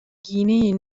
گینه